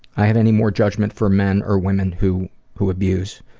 i have any more judgment for men or women who who abuse,